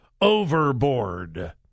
overboard